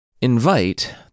invite